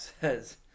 says